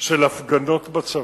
הפגנות בצבא.